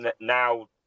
now